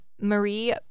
Marie